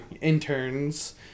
interns